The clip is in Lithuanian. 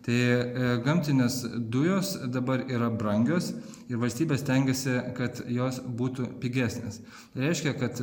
tai gamtinės dujos dabar yra brangios ir valstybė stengiasi kad jos būtų pigesnės reiškia kad